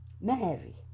Mary